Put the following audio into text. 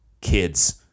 Kids